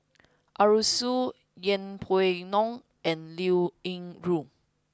Arasu Yeng Pway Ngon and Liao Yingru